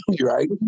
Right